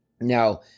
Now